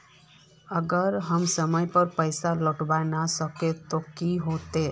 अगर हम समय पर पैसा लौटावे ना सकबे ते की होते?